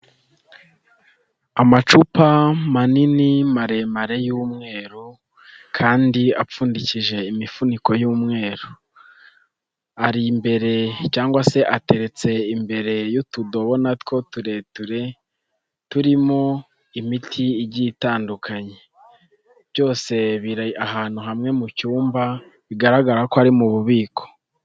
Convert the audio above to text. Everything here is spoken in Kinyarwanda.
Amacupa manini maremare y'umweru kandi apfundikije imifuniko y'umweru, ari imbere cyangwa se ateretse imbere y'utudobo na two tureture turimo imiti igiye itandukanye, byose ahantu hamwe mu cyumba bigaragara ko ari mu bubiko.